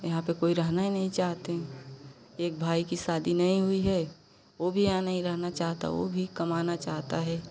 यहाँ पर कोई रहना ही नहीं चाहते एक भाई की शादी नहीं हुई है वह भी यहाँ नहीं रहना चाहता वह भी कमाना चाहता है